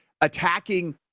attacking